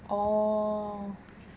oh